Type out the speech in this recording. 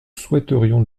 souhaiterions